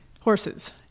Horses